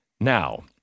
Now